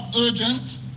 urgent